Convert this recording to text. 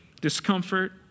discomfort